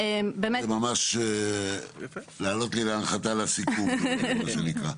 זה ממש להעלות לי להנחתה לסיכום, מה שנקרא.